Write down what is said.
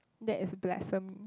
that is blasphemy